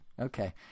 Okay